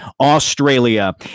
australia